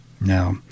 Now